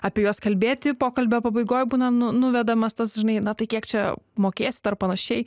apie juos kalbėti pokalbio pabaigoj būna nu nuvedamas tas žinai na tai kiek čia mokėsit ar panašiai